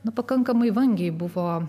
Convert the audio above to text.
nepakankamai vangiai buvo